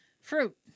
Fruit